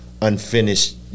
Unfinished